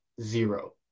zero